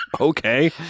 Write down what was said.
Okay